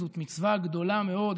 זו מצווה גדולה מאוד,